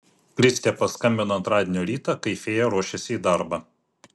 kristė paskambino antradienio rytą kai fėja ruošėsi į darbą